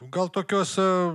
gal tokiose